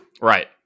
Right